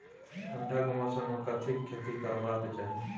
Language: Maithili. ठंडाक मौसम मे कथिक खेती करबाक चाही?